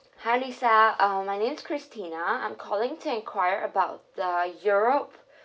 hi lisa uh my name's christina I'm calling to enquire about the europe